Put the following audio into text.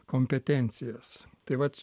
kompetencijas tai vat